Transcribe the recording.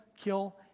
kill